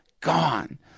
gone